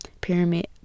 pyramid